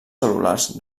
cel·lulars